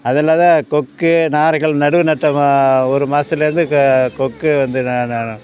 அதில் தான் கொக்கு நாரைகள் நடவு நட்ட மா ஒரு மாதத்துலேந்து க கொக்கு வந்து ந நாடும்